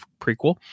prequel